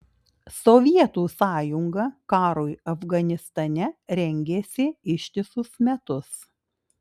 sovietų sąjunga karui afganistane rengėsi ištisus metus